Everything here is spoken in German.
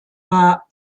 war